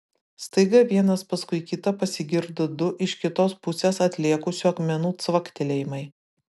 staiga vienas paskui kitą pasigirdo du iš kitos pusės atlėkusių akmenų cvaktelėjimai